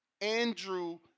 Andrew